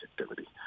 activity